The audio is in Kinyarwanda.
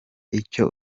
icyo